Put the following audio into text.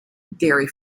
dairy